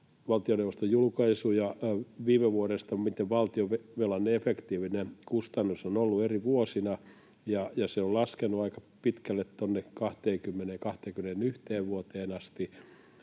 valtioneuvoston julkaisuista viime vuodelta, miten valtionvelan efektiivinen kustannus on ollut eri vuosina, niin se on laskenut aika pitkälle tuonne vuoteen